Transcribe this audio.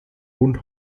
bund